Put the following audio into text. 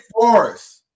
Forest